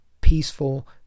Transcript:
peaceful